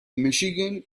michigan